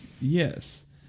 Yes